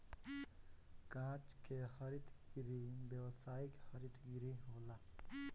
कांच के हरित गृह व्यावसायिक हरित गृह होला